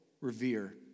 revere